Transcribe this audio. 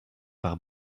par